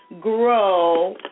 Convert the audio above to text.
grow